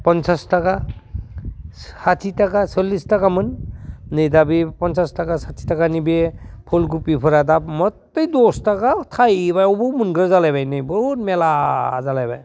फन्सास थाखा साथि थाखा सल्लिस थाखामोन नै दा बे फन्सास थाखा साथि थाखानि बे फुलखबिफोरा दा मत्ते दस थाखा थाइबायावबो मोनग्रा जालायबाय नै बहुद मेला जालायबाय